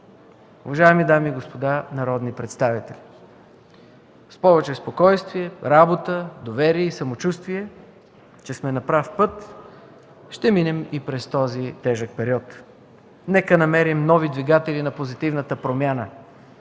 уважаеми дами и господа народни представители! С повече спокойствие, работа, доверие и самочувствие, че сме на прав път, ще минем и през този тежък период. Нека намерим нови двигатели на позитивната промяна,